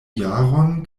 jaron